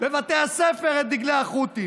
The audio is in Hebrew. בבתי הספר את דגלי החוטים.